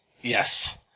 Yes